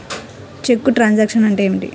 చెక్కు truncation అంటే ఏమిటి?